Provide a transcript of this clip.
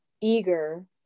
eager